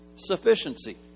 sufficiency